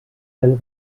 del